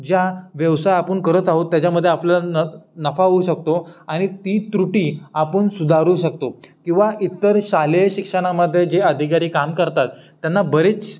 ज्या व्यवसाय आपण करत आहोत त्याच्यामध्ये आपला न नफा होऊ शकतो आणि ती त्रुटी आपण सुधारू शकतो किंवा इतर शालेय शिक्षणामध्ये जे अधिकारी काम करतात त्यांना बरेच